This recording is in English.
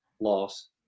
loss